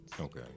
Okay